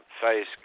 face